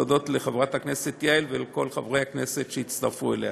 אני רוצה להודות לחברת הכנסת יעל ולכל חברי הכנסת שהצטרפו אליה.